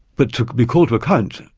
but to be called to account,